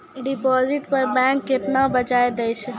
Deposit पर bank केतना ब्याज दै छै?